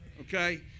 Okay